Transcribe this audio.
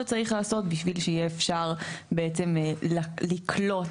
אנחנו הבאנו לכם את זה בנפרד כדי שיהיה לכם קל,